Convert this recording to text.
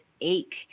ache